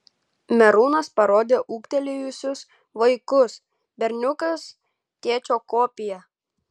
merūnas parodė ūgtelėjusius vaikus berniukas tėčio kopija